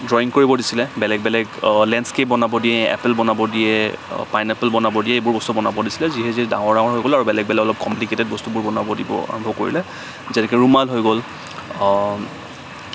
drawing কৰিব দিছিলে বেলেগ বেলেগ লেণ্ডস্কেপ বনাব দিয়ে এপ'ল বনাব দিয়ে পাইনএপ'ল বনাব দিয়ে এইবোৰ বস্তু বনাব দিছিলে যিয়ে যিয়ে ডাঙৰ ডাঙৰ হৈ গলো আৰু বেলেগ বেলেগ কমপ্লিকেটেদ বস্তুবোৰ বনাব দিব আৰম্ভ কৰিলে যেনেকে ৰুমাল হৈ গ'ল